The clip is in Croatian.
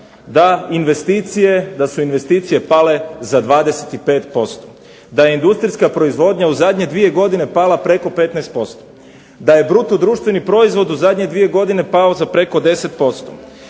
da su investicije pale za 25%, da je industrijska proizvodnja u zadnje dvije godine pala preko 15%, da je bruto društveni proizvod u zadnje dvije godine pao za preko 10%,